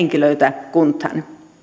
henkilöitä kuntaan